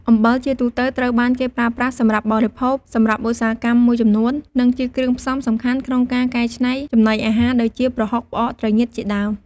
អំបិលជាទូទៅត្រូវបានគេប្រើប្រាស់សម្រាប់បរិភោគ សម្រាប់ឧស្សាហកម្មមួយចំនួន និងជាគ្រឿងផ្សំសំខាន់ក្នុងការកែច្នៃចំណីអាហារ ដូចជា ប្រហុក ផ្អក ត្រីងៀតជាដើម។